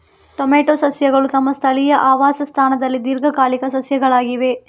tomato ಸಸ್ಯಗಳು ತಮ್ಮ ಸ್ಥಳೀಯ ಆವಾಸ ಸ್ಥಾನದಲ್ಲಿ ದೀರ್ಘಕಾಲಿಕ ಸಸ್ಯಗಳಾಗಿವೆ